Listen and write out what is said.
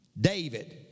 David